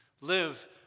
live